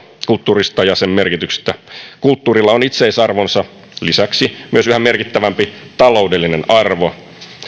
kulttuurista ja sen merkityksestä kulttuurilla on itseisarvonsa lisäksi myös yhä merkittävämpi taloudellinen arvo